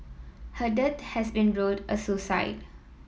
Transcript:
her death has been ruled a suicide